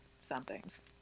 somethings